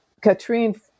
katrine